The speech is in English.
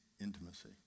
intimacy